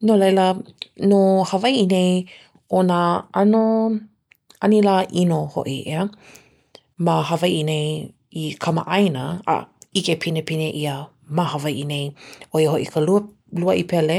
No laila no Hawaiʻi nei, ʻo nā ʻano anilā ʻino hoʻi, ʻeā? Ma Hawaiʻi nei i kamaʻāina- a, ʻike pinepine ʻia ma Hawaiʻi nei, ʻoia hoʻi ka lua luaʻi pele,